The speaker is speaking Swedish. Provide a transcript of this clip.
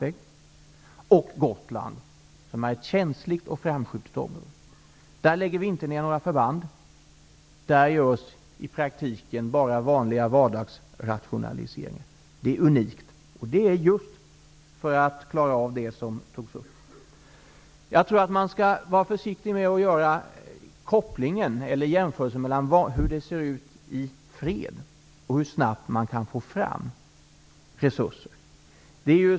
Det gäller också Gotland, som är ett känsligt och framskjutet område. Där lägger vi inte ner några förband, utan där görs i praktiken bara vanliga vardagsrationaliseringar. Det är unikt. Detta görs för att klara av just det som togs upp här. Jag tror att man skall vara försiktig när man gör en koppling mellan hur det ser ut i fred och hur snabbt man kan få fram resurser.